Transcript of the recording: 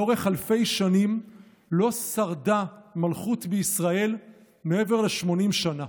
לאורך אלפי שנים לא שרדה מלכות בישראל מעבר ל-80 שנה.